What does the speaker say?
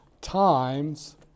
times